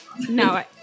no